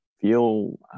feel